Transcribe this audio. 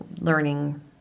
Learning